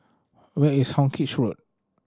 where is Hawkinge Road